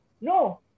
No